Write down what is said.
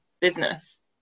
business